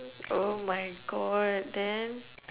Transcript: oh my god then